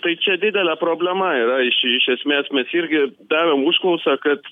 tai čia didelė problema yra iš iš esmės mes irgi davėm užklausą kad